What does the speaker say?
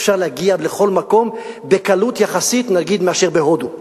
אפשר להגיע לכל מקום בקלות, יחסית נגיד להודו,